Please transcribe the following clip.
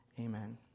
Amen